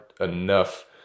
enough